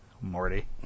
Morty